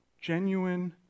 genuine